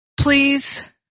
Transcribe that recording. please